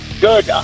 Good